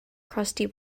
crusty